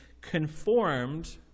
conformed